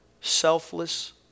selfless